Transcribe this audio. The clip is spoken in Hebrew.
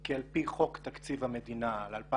כי על פי חוק תקציב המדינה ל-2018